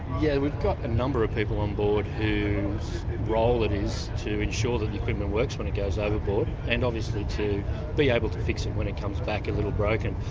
yeah we've got a number of people on board whose role it is to ensure that the equipment works when it goes overboard, and obviously to be able to fix it when it comes back a little broken.